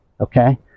okay